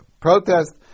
protest